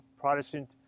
Protestant